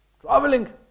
traveling